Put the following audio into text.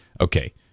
Okay